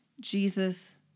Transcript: Jesus